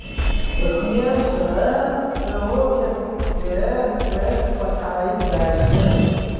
ATM सँ सेहो chequebook केर रिक्वेस्ट पठाएल जाइ छै